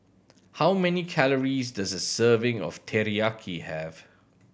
how many calories does a serving of Teriyaki have